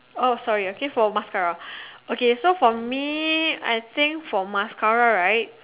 oh sorry okay for mascara okay so for me I think for mascara right